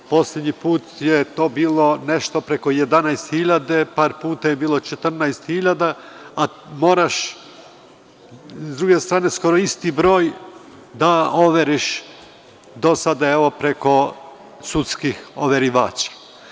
Poslednji put je to bilo nešto preko 11.000, par puta je bilo 14.000, a sa druge strane skoro isti broj da overiš, do sada, evo preko sudskih overivača.